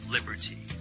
Liberty